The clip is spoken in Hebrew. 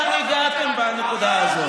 הגעתם להצביע יחד עם בל"ד,